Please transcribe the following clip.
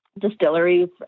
distilleries